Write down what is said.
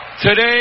Today